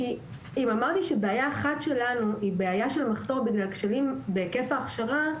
כי אם אמרתי שבעיה אחת שלנו היא בעיה של מחסור בגלל כשלים בהיקף ההכשרה,